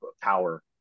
power